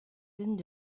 been